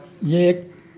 یہ ایک